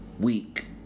week